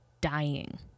dying